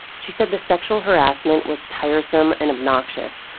she said the sexual harassment was tiresome and obnoxious,